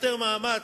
יותר מאמץ.